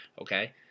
Okay